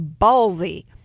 ballsy